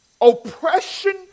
oppression